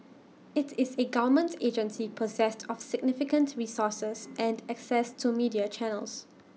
IT is A government agency possessed of significant resources and access to media channels